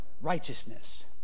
righteousness